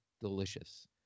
delicious